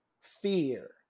fear